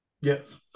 yes